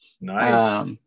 Nice